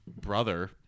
brother